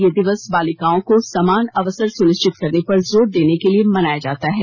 यह दिवस बालिकाओं को समान अवसर सुनिश्चित करने पर जोर देने के लिए मनाया जाता है